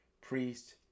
priest